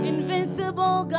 Invincible